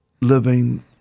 living